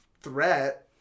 threat